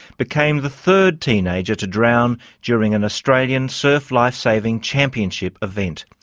became the third teenager to drown during an australian surf life saving championship event.